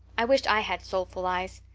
i wish i had soulful eyes.